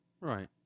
right